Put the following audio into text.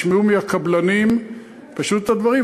תשמעו מהקבלנים פשוט את הדברים.